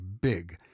big